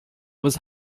was